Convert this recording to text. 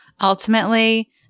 ultimately